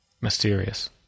mysterious